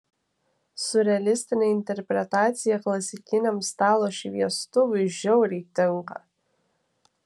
siurrealistinė interpretacija klasikiniam stalo šviestuvui žiauriai tinka